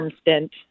stint